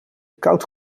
koud